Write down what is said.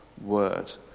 word